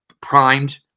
primed